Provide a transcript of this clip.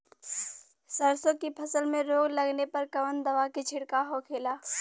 सरसों की फसल में रोग लगने पर कौन दवा के छिड़काव होखेला?